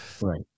Right